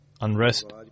unrest